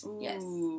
yes